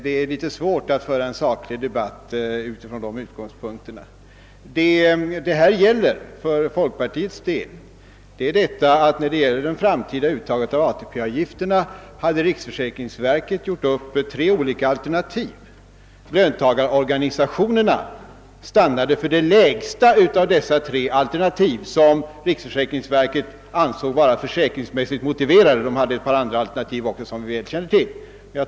Det är litet svårt att föra en saklig debatt utifrån de mutgångspunkterna. När det gäller det framtida uttaget av ATP-avgifterna hade riksförsäkringsverket olika alternativ. Löntagarorganisationerna stannade för det lägsta av de tre alternativ som riksförsäkringsverket ansåg vara försäkringsmässigt motiverade — det hade ett par andra alternativ också som vi väl känner till.